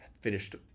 finished